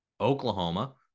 Oklahoma